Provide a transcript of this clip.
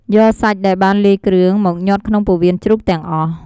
យកសាច់ដែលបានលាយគ្រឿង មកញាត់ក្នុងពោះវៀនជ្រូកទាំងអស់។